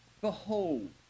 behold